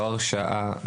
לא הרשאה,